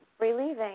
relieving